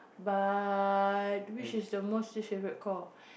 but which is the most least favourite call